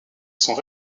sont